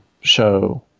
Show